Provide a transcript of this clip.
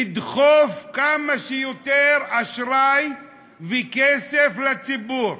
לדחוף כמה שיותר אשראי וכסף לציבור.